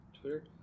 Twitter